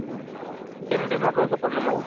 ம் பேமெண்ட் எதுனால் அட்வான்ஸாக பண்ணணுமா